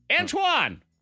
Antoine